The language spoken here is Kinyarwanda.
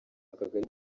akagari